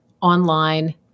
online